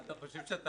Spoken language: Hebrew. אוסאמה,